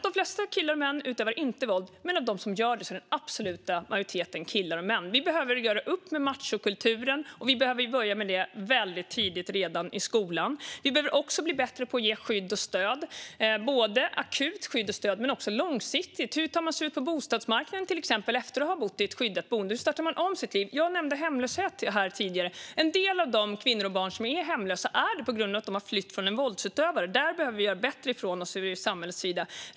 De flesta killar och män utövar inte våld, men av dem som utövar våld handlar den absoluta majoriteten om killar och män. Vi behöver göra upp med machokulturen, och det måste påbörjas tidigt i skolan. Vi behöver också bli bättre på att ge skydd och stöd. Det handlar både om akut skydd och stöd och om långsiktigt stöd. Hur tar man sig exempelvis ut på bostadsmarknaden efter att man bott i ett skyddat boende? Hur startar man om sitt liv? Jag nämnde tidigare hemlöshet. En del av de kvinnor och barn som är hemlösa är det på grund av att de har flytt från en våldsutövare. Där behöver vi från samhällets sida göra bättre ifrån oss.